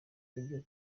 ibyo